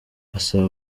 asaba